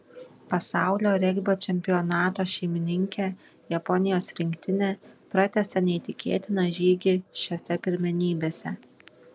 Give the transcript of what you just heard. pasaulio regbio čempionato šeimininkė japonijos rinktinė pratęsė neįtikėtiną žygį šiose pirmenybėse